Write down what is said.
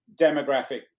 demographic